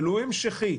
ולו המשכי,